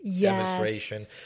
demonstration